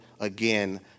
again